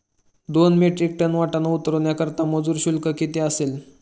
दोन metric ton वाटाणा उतरवण्याकरता मजूर शुल्क किती असेल?